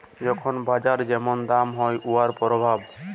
যখল বাজারে যেমল দাম হ্যয় উয়ার পরভাব